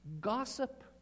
Gossip